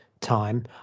time